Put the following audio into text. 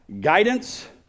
guidance